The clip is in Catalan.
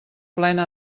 plena